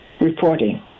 reporting